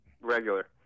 regular